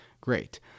Great